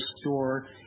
store